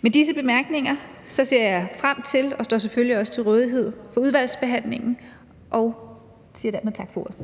Med disse bemærkninger ser jeg frem til og står selvfølgelig også til rådighed for udvalgsbehandlingen, og jeg siger dermed tak for ordet.